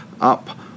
up